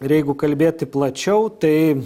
ir jeigu kalbėti plačiau tai